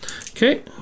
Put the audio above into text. Okay